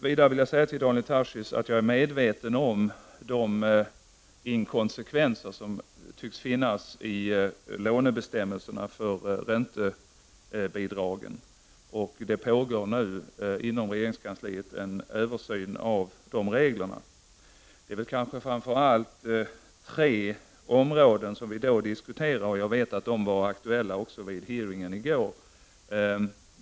Jag vill vidare säga till Daniel Tarschys att jag är medveten om de inkonsekvenser som tycks finnas i lånebestämmelserna för räntebidragen. Inom regeringskansliet pågår det emellertid nu en översyn av dessa regler. Det är framför allt tre områden som diskuteras i detta sammanhang, och jag vet att de var aktuella även vid utfrågningen i går.